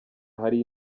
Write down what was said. ahari